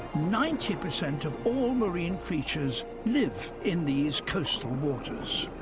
ninety percent of all marine creatures live in these coastal waters.